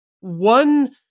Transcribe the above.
one